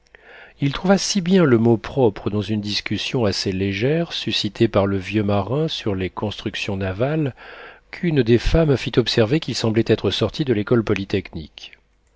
il trouva si bien le mot propre dans une discussion assez légère suscitée par le vieux marin sur les constructions navales qu'une des femmes fit observer qu'il semblait être sorti de l'école polytechnique